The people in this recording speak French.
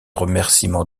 remerciements